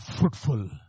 Fruitful